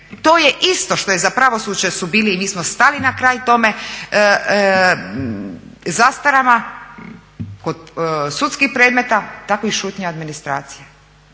To je isto što je za pravosuđe su bili i mi smo stali na kraj tome, zastarama kod sudskih predmeta, tako i šutnja administracije.